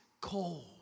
cold